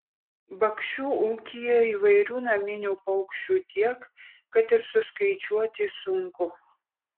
bakšių ūkyje įvairių naminių paukščių tiek kad ir suskaičiuoti sunku